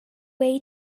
way